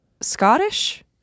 Scottish